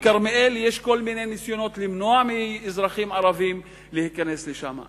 בכרמיאל יש כל מיני ניסיונות למנוע מאזרחים ערבים להיכנס לשם.